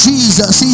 Jesus